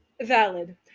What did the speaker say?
Valid